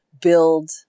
build